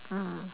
mm